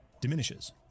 diminishes